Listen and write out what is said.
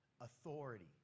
authority